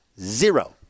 Zero